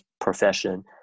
profession